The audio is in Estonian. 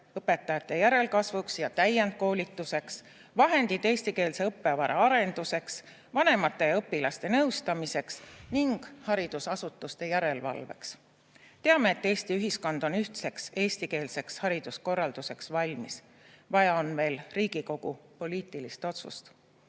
õpetajate järelkasvuks ja täienduskoolituseks, vahendid eestikeelse õppevara arenduseks, vanemate ja õpilaste nõustamiseks ning haridusasutuste järelevalveks. Teame, et Eesti ühiskond on ühtseks eestikeelseks hariduskorralduseks valmis. Vaja on veel Riigikogu poliitilist otsust.